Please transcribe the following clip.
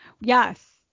Yes